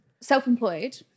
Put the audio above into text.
self-employed